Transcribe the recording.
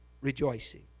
rejoicing